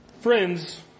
Friends